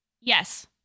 Yes